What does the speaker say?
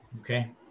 okay